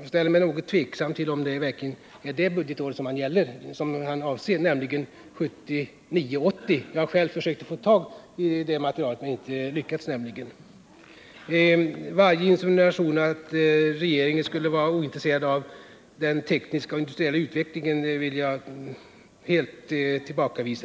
och ställer mig något tveksam till om han verkligen avser det budgetåret. Jag har själv försökt få tag i det materialet men inte lyckats. Varje insinuation om att regeringen skulle vara ointresserad av den tekniska och industriella utvecklingen vill jag helt tillbakavisa.